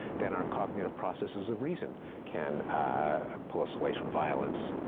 then our cognitive processes of reason can pull us away from violence.